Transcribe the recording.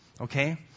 okay